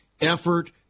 effort